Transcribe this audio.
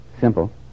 simple